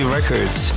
Records